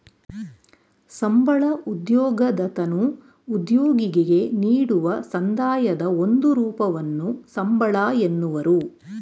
ಸಂಬಳ ಉದ್ಯೋಗದತನು ಉದ್ಯೋಗಿಗೆ ನೀಡುವ ಸಂದಾಯದ ಒಂದು ರೂಪವನ್ನು ಸಂಬಳ ಎನ್ನುವರು